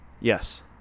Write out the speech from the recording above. Yes